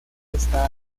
esta